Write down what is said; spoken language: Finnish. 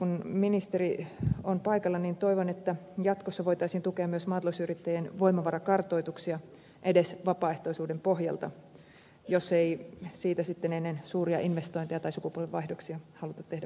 kun ministeri on paikalla toivon että jatkossa voitaisiin tukea myös maatalousyrittäjien voimavarakartoituksia edes vapaaehtoisuuden pohjalta jos ei siitä sitten ennen suuria investointeja tai sukupolvenvaihdoksia haluta tehdä pakollista